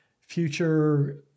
future